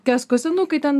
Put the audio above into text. kesko senukai ten